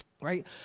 right